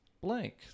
blank